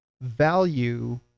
value